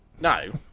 No